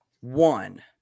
one